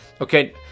Okay